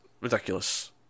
ridiculous